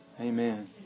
Amen